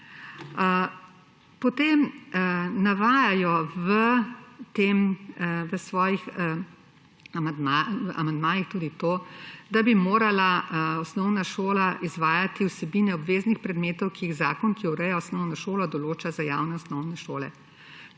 Potem navajajo v svojih amandmajih tudi to, da bi morala osnovna šola izvajati vsebine obveznih predmetov, ki jih zakon, ki ureja osnovno šola, določa za javne osnovne šole.